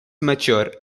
mature